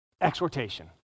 exhortation